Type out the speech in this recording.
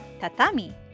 Tatami